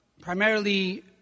primarily